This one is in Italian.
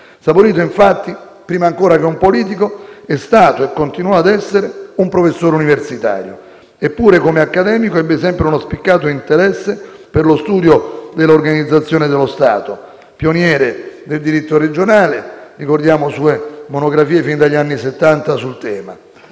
Saporito, infatti, prima ancora che un politico, è stato e continuò a essere un professore universitario. Eppure, come accademico, ebbe sempre uno spiccato interesse per lo studio dell'organizzazione dello Stato. Pioniere del diritto regionale, ricordiamo le sue monografie sul tema fin dagli anni Settanta.